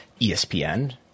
ESPN